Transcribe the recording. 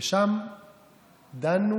ושם דנו